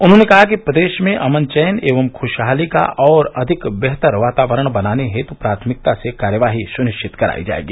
उन्होंने कहा कि प्रदेश में अमन चैन एवं खुशहाली का और अधिक बेहतर वातावरण बनाने हेतु प्राथमिकता से कार्यवाही सुनिश्चित करायी जायेगी